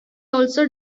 also